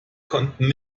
konnten